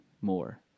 more